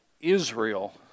Israel